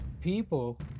people